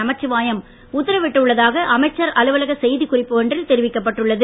நமசிவாயம் உத்தரவிட்டு உள்ளதாக அமைச்சர் அலுவலக செய்திக் குறிப்பு ஒன்றில் தெரிவிக்கப்பட்டு உள்ளது